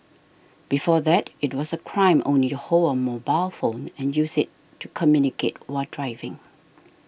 before that it was a crime only to hold a mobile phone and use it to communicate while driving